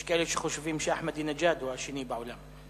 יש כאלה שחושבים שאחמדינג'אד הוא השני בעולם.